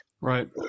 Right